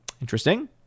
Interesting